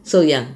so young